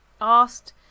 asked